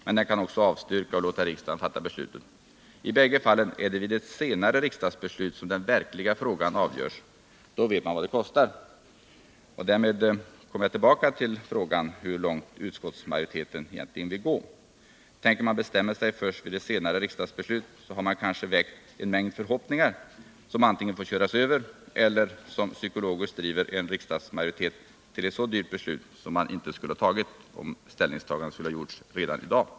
Den kan också avstyrka och låta riksdagen fatta beslut. I bägge fallen är det vid ett senare riksdagsbeslut som den verkliga frågan avgörs — då vet man vad det kostar. Därmed kommer jag tillbaka till min första fråga: Hur långt vill utskottsmajoriteten gå? Tänker man bestämma sig först vid ett senare riksdagsbeslut har man kanske väckt en mängd förhoppningar, som antingen får köras över eller som psykologiskt driver en riksdagsmajoritet till ett så dyrt beslut som man inte skulle ha fattat om ställningstagandet hade gjorts i dag.